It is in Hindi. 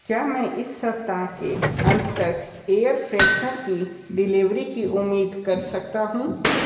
क्या मैं इस सप्ताह के अंत तक एयर फ्रेशनर की डिलीवरी की उम्मीद कर सकता हूँ